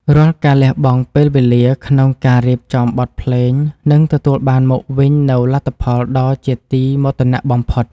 រាល់ការលះបង់ពេលវេលាក្នុងការរៀបចំបទភ្លេងនឹងទទួលបានមកវិញនូវលទ្ធផលដ៏ជាទីមោទនៈបំផុត។